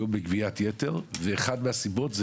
על הבלו וגם את המס על מכוניות חשמליות.